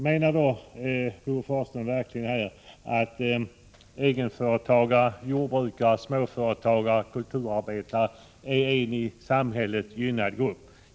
Menar Bo Forslund verkligen att egenföretagare, jordbrukare, småföretagare och kulturarbetare är en av samhället gynnad grupp?